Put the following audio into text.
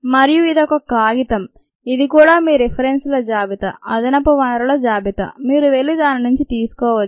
మరియు ఇది ఒక కాగితం ఇది కూడా మీ రిఫరెన్స్ ల జాబితా అదనపు వనరుల జాబితా మీరు వెళ్ళి దాని నుండి తీసుకోవచ్చు